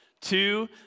Two